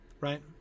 Right